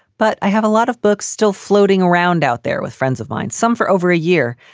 but i have a lot of books still floating around out there with friends of mine, some for over a year,